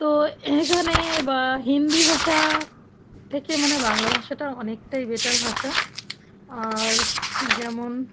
তো এখানে হিন্দি ভাষা থেকে মনে হয় বাংলা ভাষাটা অনেকটাই বেটার ভাষা আর যেমন